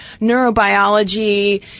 neurobiology